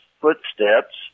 footsteps